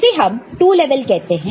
इसे हम 2 लेवल कहते हैं